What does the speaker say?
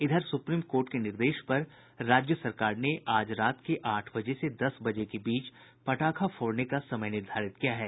इधर Supreme Court के निर्देश पर राज्य सरकार ने आज रात के आठ बजे से दस बजे के बीच पटाखा फोड़ने का समय निर्धारित किया है